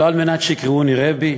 לא על מנת שיקראוני רבי,